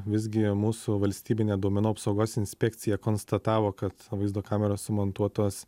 visgi mūsų valstybinė duomenų apsaugos inspekcija konstatavo kad vaizdo kameros sumontuotos